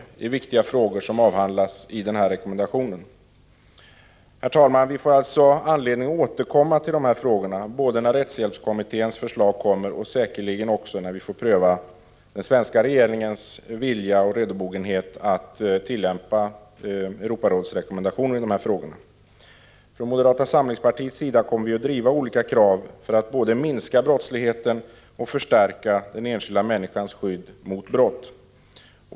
Herr talman! Vi får anledning att återkomma till dessa frågor både när rättshjälpskommitténs förslag kommer och säkerligen också när vi prövar den svenska regeringens vilja och redobogenhet att tillämpa Europarådskonventionen i de här frågorna. Moderata samlingspartiet kommer att driva olika krav för att både minska brottsligheten och förstärka den enskilda människans skydd mot brott.